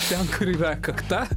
ten kur yra kakta